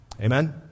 Amen